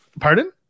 Pardon